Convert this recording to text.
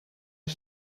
het